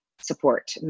support